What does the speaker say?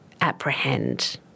apprehend